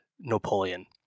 Napoleon